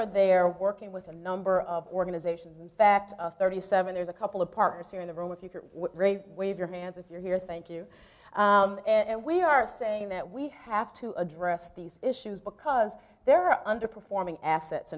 working with a number of organizations in fact thirty seven there's a couple of partners here in the room if you can wave your hands if you're here thank you and we are saying that we have to address these issues because they're under performing assets